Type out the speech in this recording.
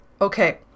Okay